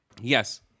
Yes